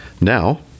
now